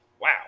Wow